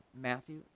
Matthew